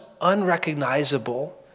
unrecognizable